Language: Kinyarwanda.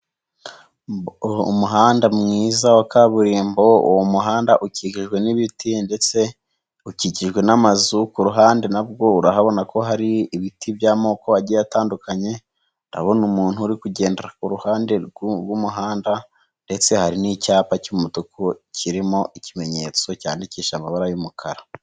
Umuhanda mwiza wa kaburimbo, uwo muhanda ukikijwe n'ibiti, ndetse ukikijwe n'amazu. kuruhande urabona ko hari ibiti by'amoko atandukanye. Ndabona umuntu uri kugendera ku ruhande rw'umuhanda, ndetse hari n'icyapa cy'umutuku kirimo ikimenyetso cyandikishije amabara y'umukara.